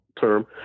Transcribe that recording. term